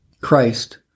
Christ